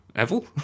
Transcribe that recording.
Evil